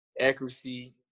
accuracy